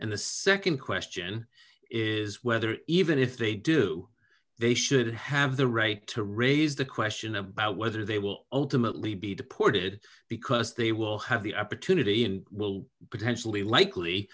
and the nd question is whether even if they do they should have the right to raise the question about whether they will ultimately be deported because they will have the opportunity and will potentially likely